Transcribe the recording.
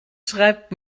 schreibt